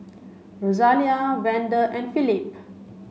Rosalia Vander and Phillip